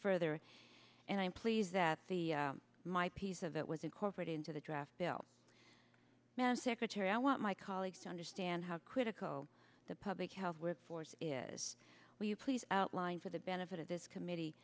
further and i'm pleased that the my piece of it was incorporated into the draft bill man secretary i want my colleagues to understand how critical the public health with force is will you please outline for the benefit of this committee